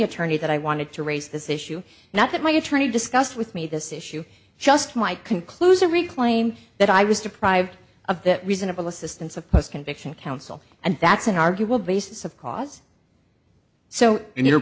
attorney that i wanted to raise this issue not that my attorney discussed with me this issue just my conclusion reclaim that i was deprived of that reasonable assistance of post conviction counsel and that's an arguable basis of cause so in your